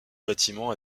bâtiment